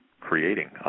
creating